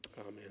Amen